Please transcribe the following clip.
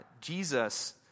Jesus